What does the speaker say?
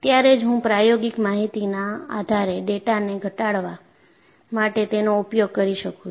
ત્યારે જ હું પ્રાયોગિક માહિતીના આધારે ડેટાને ઘટાડવા માટે તેનો ઉપયોગ કરી શકું છું